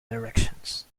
directions